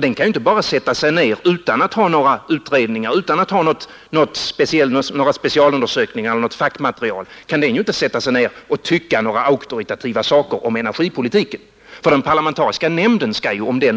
Den kan inte bara sätta sig ner utan att ha några utredningar, utan att ha några specialundersökningar eller något fackmaterial och tycka några auktoritativa saker om energipolitiken, Om den parlamentariska nämnden